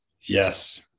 Yes